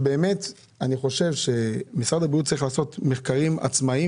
אני באמת חושב שהוא צריך לעשות מחקרים עצמאיים